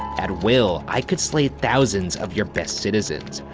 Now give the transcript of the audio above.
at will, i could slay thousands of your best citizens,